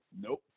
Nope